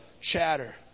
chatter